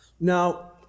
Now